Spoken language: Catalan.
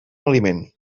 aliment